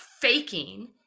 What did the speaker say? faking